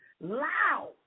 loud